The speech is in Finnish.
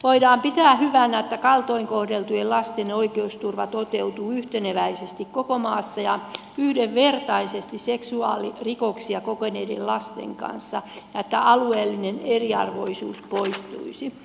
voidaan pitää hyvänä että kaltoin kohdeltujen lasten oikeusturva toteutuu yhteneväisesti koko maassa ja yhdenvertaisesti seksuaalirikoksia kokeneiden lasten kanssa ja että alueellinen eriarvoisuus poistuisi